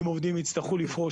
אם עובדים יצטרכו לפרוש,